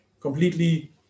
completely